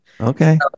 Okay